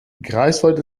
greifswald